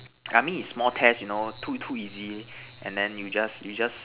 I mean if small test you know too too easy and then you just you just